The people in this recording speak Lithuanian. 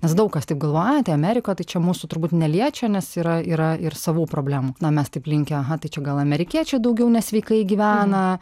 nes daug kas taip galvoja tie amerikoj tai čia mūsų turbūt neliečia nes yra yra ir savų problemų na mes taip linkę aha tai čia gal amerikiečiai daugiau nesveikai gyvena